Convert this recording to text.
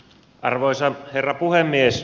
arvoisa herra puhemies